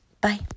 Bye